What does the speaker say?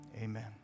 amen